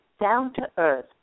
down-to-earth